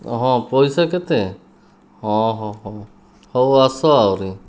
ହଁ ପଇସା କେତେ ହଁ ହଁ ହେଉ ଆସ ହେରି